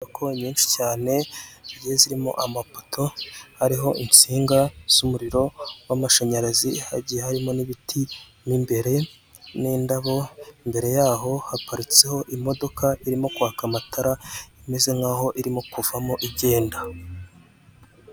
Inyubako nyinshi cyane zigiye zirimo amapoto ariho insinga z'umuriro w'amashanyarazi hagiye harimo n'ibiti mo imbere n'indabo imbere yaho haparitseho imodoka irimo kwaka amatara imeze nkaho irimo kuvamo igenda.